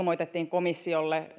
lähetettiin komissiolle